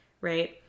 right